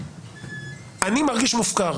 אני מרגיש מופקר,